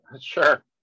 sure